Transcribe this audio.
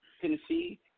Tennessee